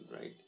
Right